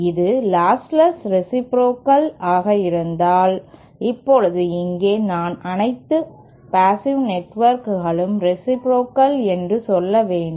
இது lossless reciprocal ஆக இருந்தால் இப்போது இங்கே நான் அனைத்து பேஸ்ஸிவ் நெட்வொர்க்குகளும் ரேசிப்ரோகல் என்று சொல்ல வேண்டும்